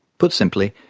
put simply,